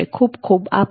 ખુબ ખુબ આભાર